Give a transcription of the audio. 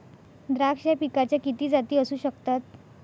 द्राक्ष या पिकाच्या किती जाती असू शकतात?